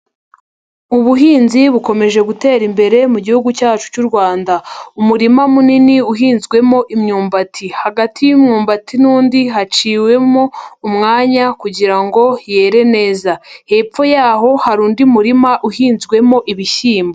Ubuhinzi bukomeje gutera imbere mu gihugu cyacu cy'uRwanda, umurima munini uhinzwemo imyumbati, hagati y'umwumbati n'undi haciwemo umwanya kugira ngo yere neza, hepfo yaho hari undi murima uhinzwemo ibishyimbo.